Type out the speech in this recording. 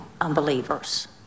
unbelievers